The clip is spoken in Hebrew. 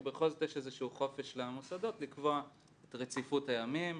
כי בכל זאת יש איזשהו חופש למוסדות לקבוע את רציפות הימים,